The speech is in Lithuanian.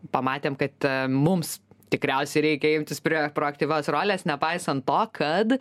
pamatėm kad mums tikriausiai reikia imtis prio proaktyvios rolės nepaisant to kad